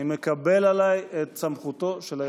אני מקבל עליי את סמכותו של היושב-ראש.